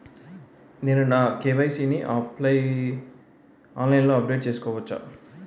నేను నా కే.వై.సీ ని ఆన్లైన్ లో అప్డేట్ చేసుకోవచ్చా?